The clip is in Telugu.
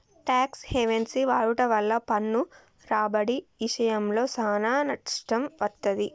టాక్స్ హెవెన్సి వాడుట వల్ల పన్ను రాబడి ఇశయంలో సానా నష్టం వత్తది